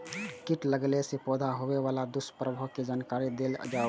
कीट लगेला से पौधा के होबे वाला दुष्प्रभाव के जानकारी देल जाऊ?